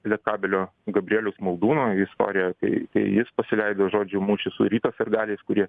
lietkabelio gabrieliaus maldūno istorija kai jis pasileido į žodžių mūšį su ryto sirgaliais kurie